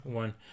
one